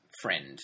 Friend